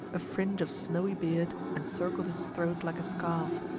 a fringe of snowy beard encircled his throat like a scarf,